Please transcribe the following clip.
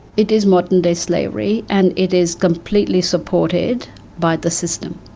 it is modern day slavery and it is completely supported by the system.